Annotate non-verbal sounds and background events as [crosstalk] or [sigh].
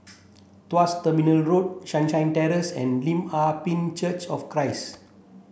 Tuas Terminal Road [unintelligible] Terrace and Lim Ah Pin Church of Christ